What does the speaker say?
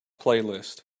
playlist